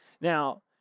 Now